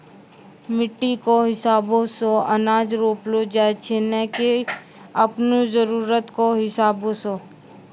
मिट्टी कॅ हिसाबो सॅ अनाज रोपलो जाय छै नै की आपनो जरुरत कॅ हिसाबो सॅ